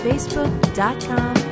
Facebook.com